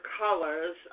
colors